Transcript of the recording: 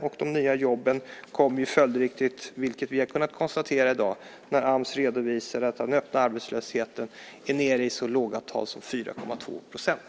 Och de nya jobben kommer ju följdriktigt, vilket vi har kunnat konstatera i dag när Ams redovisar att den öppna arbetslösheten är nere i ett så lågt tal som 4,2 %.